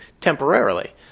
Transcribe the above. temporarily